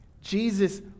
Jesus